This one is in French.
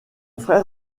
frère